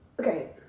Okay